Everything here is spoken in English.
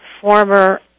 former